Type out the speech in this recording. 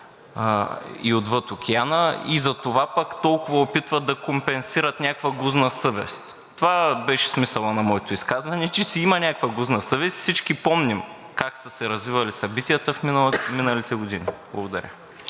и отвъд Океана, и затова пък толкова опитват да компенсират някаква гузна съвест. Това беше смисълът на моето изказване, че си има някаква гузна съвест. Всички помним как са се развивали събитията в миналите години. Благодаря.